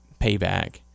payback